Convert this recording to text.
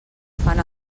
fan